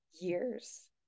years